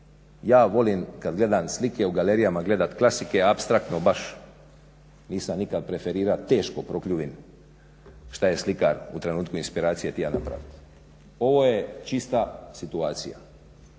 Ja volim kad gledam slike u galerijama, gledat klasike, apstraktno baš nisam nikad preferirao, teško prokljuvim što je slikar u trenutku inspiracije htio napraviti. Ovo je čista situacija.